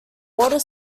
water